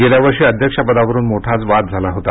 गेल्यावर्षी अध्यक्षपदावरून मोठाच वाद झाला होता